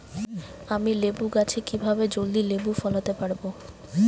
আমি লেবু গাছে কিভাবে জলদি লেবু ফলাতে পরাবো?